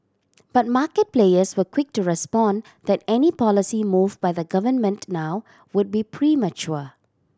but market players were quick to respond that any policy move by the government now would be premature